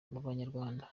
banyarwanda